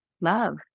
love